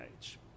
age